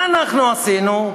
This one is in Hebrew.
מה אנחנו עשינו?